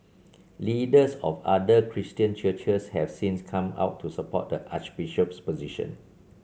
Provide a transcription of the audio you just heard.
leaders of other Christian churches have since come out to support the Archbishop's position